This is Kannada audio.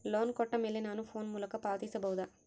ಲೋನ್ ಕೊಟ್ಟ ಮೇಲೆ ನಾನು ಫೋನ್ ಮೂಲಕ ಪಾವತಿಸಬಹುದಾ?